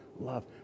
love